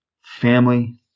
family